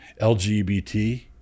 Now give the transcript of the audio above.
LGBT